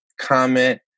Comment